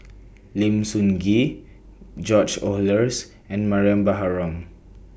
Lim Sun Gee George Oehlers and Mariam Baharom